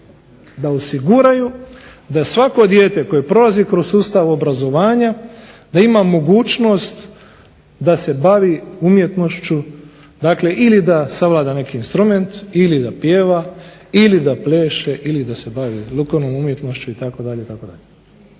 Da osiguraju da svako dijete koje prolazi kroz sustav obrazovanja da ima mogućnost umjetnošću, dakle ili da savlada neki instrument, ili da pjeva, ili da pleše, ili da se bavi likovnom umjetnošću itd.